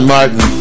Martin